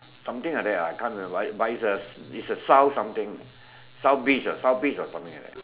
something like that ah I can't remember but but it is a South some thing South beach ah South beach or something like that